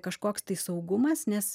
kažkoks tai saugumas nes